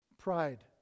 pride